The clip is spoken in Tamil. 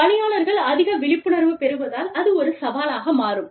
பணியாளர்கள் அதிக விழிப்புணர்வு பெறுவதால் அது ஒரு சவாலாக மாறும்